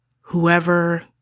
whoever